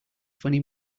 funny